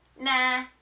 Nah